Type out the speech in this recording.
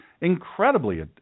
incredibly